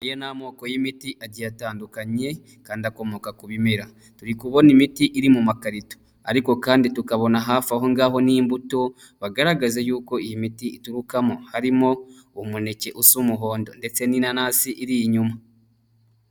Aya ni amoko y'imiti atandukanye kandi akomoka ku bimera. Turi kubona imiti iri mu makarito ariko kandi tukabona hafi aho ngaho n'imbuto bagaragaza yuko iyi miti iturukamo, harimo umuneke usa umuhondo ndetse n'inanasi iri inyuma.